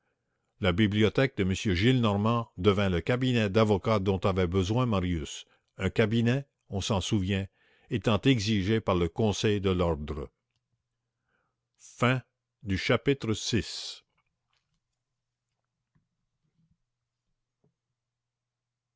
la bibliothèque de m gillenormand devint le cabinet d'avocat dont avait besoin marius un cabinet on s'en souvient étant exigé par le conseil de l'ordre chapitre vii